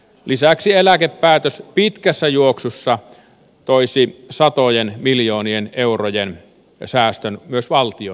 lisäksi eläkepäätös pitkässä juoksussa toisi satojen miljoonien eurojen säästön myös valtion budjettiin